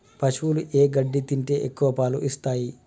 పశువులు ఏ గడ్డి తింటే ఎక్కువ పాలు ఇస్తాయి?